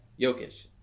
Jokic